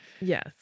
Yes